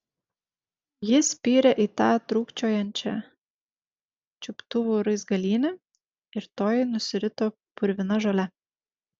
ji spyrė į tą trūkčiojančią čiuptuvų raizgalynę ir toji nusirito purvina žole